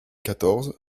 quatorze